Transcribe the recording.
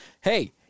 hey